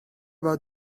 about